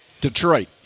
Detroit